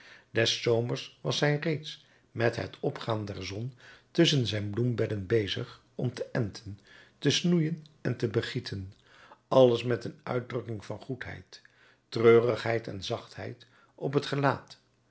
was hij reeds met het opgaan der zon tusschen zijn bloembedden bezig om te enten te snoeien en te begieten alles met een uitdrukking van goedheid treurigheid en zachtheid op het gelaat